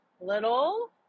Little